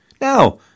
Now